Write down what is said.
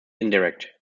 indirect